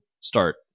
start